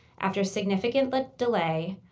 after significant like delay,